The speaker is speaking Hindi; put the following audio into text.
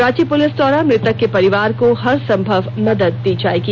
रांची पुलिस द्वारा मृतक के परिवार को हर संभव मदद दी जाएगी